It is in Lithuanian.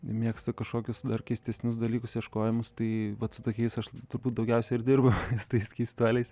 mėgsta kažkokius dar keistesnius dalykus ieškojimus tai vat su tokiais aš turbūt daugiausiai ir dirbu tais keistuoliais